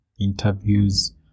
interviews